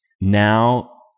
now